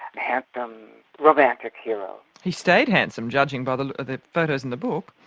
handsome romantic hero. he stayed handsome, judging by the the photos in the book?